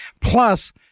Plus